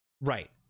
Right